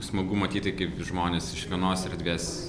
smagu matyti kaip žmonės iš vienos erdvės